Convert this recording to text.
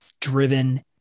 driven